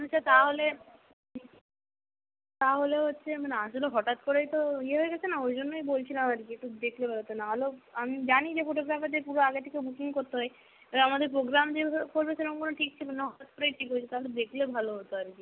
আচ্ছা তাহলে তাহলে হচ্ছে মানে আসলে হঠাৎ করেই তো ইয়ে হয়ে গেছে না ওই জন্যই বলছিলাম আর কি একটু দেখলে ভালো হতো না হলেও আমি জানি যে ফটোগ্রাফারদের পুরো আগে থেকে বুকিং করতে হয় এবারে আমাদের প্রোগ্রাম যে এভাবে পড়বে সেরকম কোনো ঠিক ছিল না হঠাৎ করেই ঠিক হয়েছে তাহলে দেখলে ভালো হতো আর কি